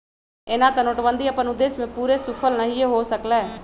एना तऽ नोटबन्दि अप्पन उद्देश्य में पूरे सूफल नहीए हो सकलै